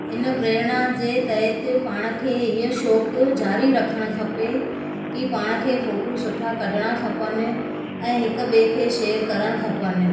इन प्रेरणा जे तहतु पाण खे ईअं शौक़ु जारी रखणु खपे की पाण खे फ़ोटू सुठा कढणा खपनि ऐं हिकु ॿिए खे शेयर करिण खपनि